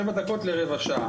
דקות לרבע שעה.